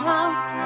out